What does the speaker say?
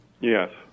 Yes